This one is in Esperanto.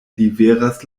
liveras